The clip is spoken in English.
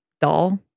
doll